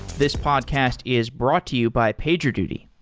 this podcast is brought to you by pagerduty.